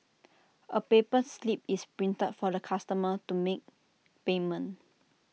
A paper slip is printed for the customer to make payment